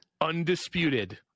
Undisputed